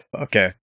okay